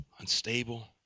unstable